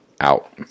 out